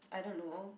I don't know